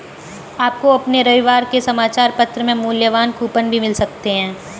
आपको अपने रविवार के समाचार पत्र में मूल्यवान कूपन भी मिल सकते हैं